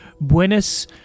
Buenos